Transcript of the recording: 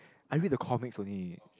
I read the comics only